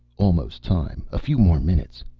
almost time. a few more minutes.